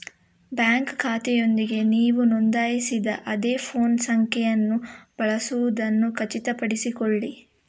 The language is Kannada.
ಬ್ಯಾಂಕ್ ಖಾತೆಯೊಂದಿಗೆ ನೀವು ನೋಂದಾಯಿಸಿದ ಅದೇ ಫೋನ್ ಸಂಖ್ಯೆಯನ್ನು ಬಳಸುವುದನ್ನು ಖಚಿತಪಡಿಸಿಕೊಳ್ಳಿ